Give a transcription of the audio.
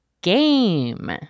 game